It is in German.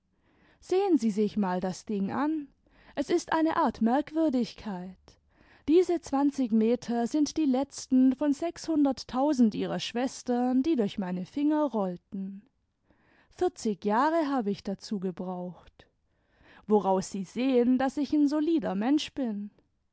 sehen sie sich mal das ding an es ist eine art merkwürdigkeit diese zwanzig meter sind die letzten von sechshunderttausend ihrer schwestern die durch meine finger rollten vierzig jahre habe ich dazu gebraucht woraus sie sehen daß ich n solider mensch bin